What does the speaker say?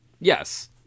yes